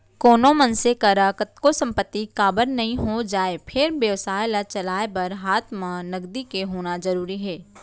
कोनो मनसे करा कतको संपत्ति काबर नइ हो जाय फेर बेवसाय ल चलाय बर हात म नगदी के होना जरुरी हे